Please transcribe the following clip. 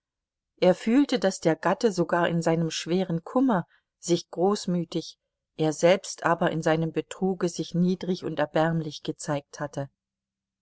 er fühlte daß der gatte sogar in seinem schweren kummer sich großmütig er selbst aber in seinem betruge sich niedrig und erbärmlich gezeigt hatte